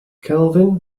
kelvin